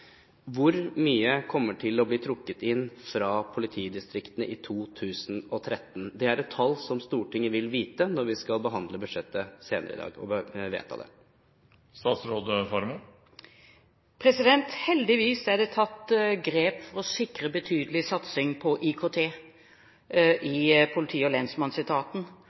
Hvor mye kommer til å bli trukket inn fra politidistriktene i 2013? Det er et tall som Stortinget vil vite når vi skal vedta budsjettet senere i dag. Heldigvis er det tatt grep for å sikre betydelig satsing på IKT i politi- og lensmannsetaten.